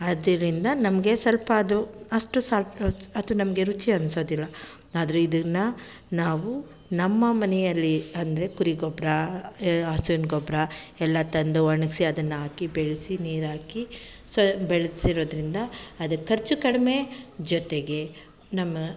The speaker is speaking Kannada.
ಅದರಿಂದ ನಮಗೆ ಸ್ವಲ್ಪ ಅದು ಅಷ್ಟು ಸಾಕು ಅದು ನಮಗೆ ರುಚಿ ಅನ್ಸೋದಿಲ್ಲ ಆದರೆ ಇದನ್ನು ನಾವು ನಮ್ಮ ಮನೆಯಲ್ಲಿ ಅಂದರೆ ಕುರಿ ಗೊಬ್ಬರ ಹಸುವಿನ ಗೊಬ್ಬರ ಎಲ್ಲ ತಂದು ಒಣಗಿಸಿ ಅದನ್ನು ಹಾಕಿ ಬೆಳೆಸಿ ನೀರಾಕಿ ಸ ಬೆಳೆಸಿರೋದ್ರಿಂದ ಅದಕ್ಕೆ ಖರ್ಚು ಕಡಿಮೆ ಜೊತೆಗೆ ನಮ್ಮ